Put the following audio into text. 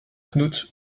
knut